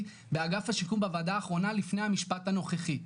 באגף השיקום בוועדה האחרונה לפני המשפט הנוכחי,